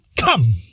come